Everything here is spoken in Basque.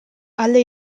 alde